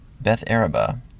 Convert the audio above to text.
Beth-Araba